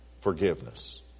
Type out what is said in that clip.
Forgiveness